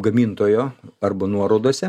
gamintojo arba nuorodose